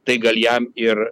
tai gal jam ir